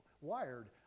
wired